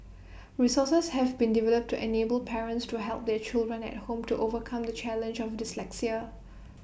resources have been developed to enable parents to help their children at home to overcome the challenge of dyslexia